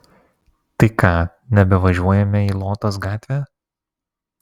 tai ką nebevažiuojame į lotos gatvę